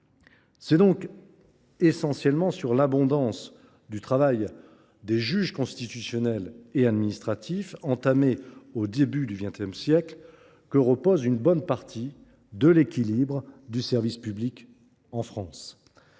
C’est donc essentiellement sur l’abondant travail des juges constitutionnels et administratifs, entamé au début du XX siècle, que repose une bonne partie de l’équilibre du service public en France.